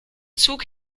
zug